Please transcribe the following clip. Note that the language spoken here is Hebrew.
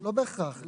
לא בהכרח.